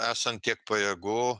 esant tiek pajėgų